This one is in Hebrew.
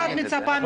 מה את מצפה משוטרים?